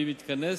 ואם יתכנס,